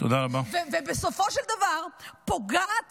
ובסופו של דבר פוגעת